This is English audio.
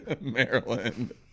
Maryland